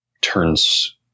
turns